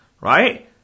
Right